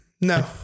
No